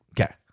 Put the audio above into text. Okay